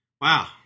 Wow